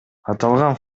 аталган